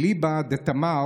אליבא דה תמר,